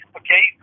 okay